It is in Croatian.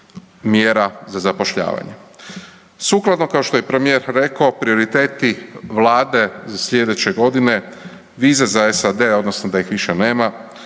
mjera za zapošljavanje. Sukladno kao što je premjer rekao prioriteti vlade za slijedeće godine viza za SAD odnosno da ih više nema,